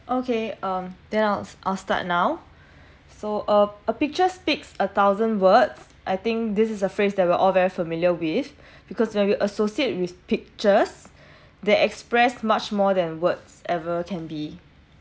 okay um then I'll I'll start now so uh a picture speaks a thousand words I think this is a phrase that we're all very familiar with because when you associate with pictures they expressed much more than words ever can be